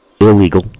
illegal